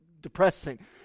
depressing